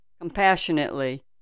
compassionately